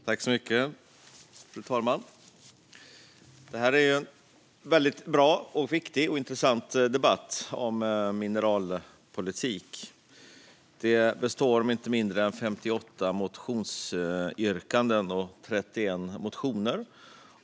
Fru talman! Det här är en bra, viktig och intressant debatt om mineralpolitik. Det handlar om inte mindre än 58 motionsyrkanden och 31 motioner.